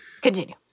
continue